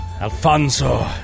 Alfonso